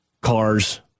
Cars